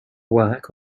work